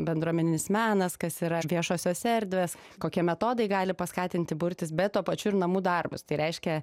bendruomeninis menas kas yra viešosios erdvės kokie metodai gali paskatinti burtis bet tuo pačiu ir namų darbus tai reiškia